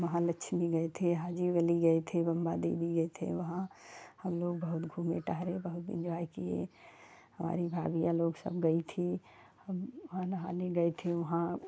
महालक्ष्मी गए थे हाजी अली गए थे मुंबा देवी गए थे वहाँ हम लोग बहुत घूमे टहले बहुत एंजॉय कि हमारी भाभियाँ लोग सब गई थीं हम वहाँ नहाने गए थे वहाँ